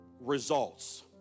Results